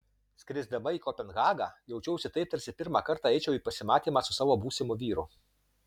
skrisdama į kopenhagą jaučiausi taip tarsi pirmą kartą eičiau į pasimatymą su savo būsimu vyru